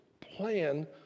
plan